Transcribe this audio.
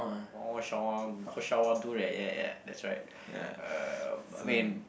Mao-Shan-Wang Mao-Shan-Wang two right ya ya that's right uh I mean